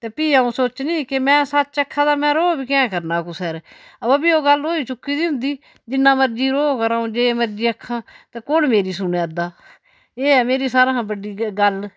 ते फ्ही आ'ऊं सोचनीं कि में सच्च आखा दा में रौह् बी कैंह् करना कुसै'र अवा फ्ही ओह् गल्ल होई चुकी दी होंदी जिन्ना मरजी रोह् करो जो मर्जी आखां ते कु'न मेरी सुनै'रदा एह् ऐ मेरी सारां हा बड्डी गल्ल